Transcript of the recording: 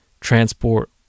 transport